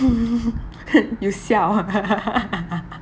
you siao ah